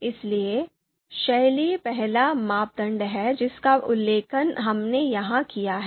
इसलिए शैली पहला मापदंड है जिसका उल्लेख हमने यहां किया है